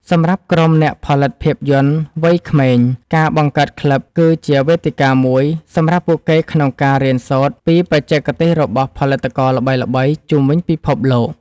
សម្រាប់ក្រុមអ្នកផលិតភាពយន្តវ័យក្មេង ការបង្កើតក្លឹបគឺជាវេទិកាមួយសម្រាប់ពួកគេក្នុងការរៀនសូត្រពី បច្ចេកទេសរបស់ផលិតករល្បីៗជុំវិញពិភពលោក។